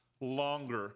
longer